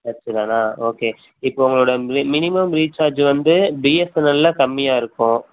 Dutch தானா okay இப்போது உங்களோடய மி மினிமம் ரீசார்ஜு வந்து பிஎஸ்என்எல்லில் கம்மியாக இருக்கும்